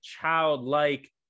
childlike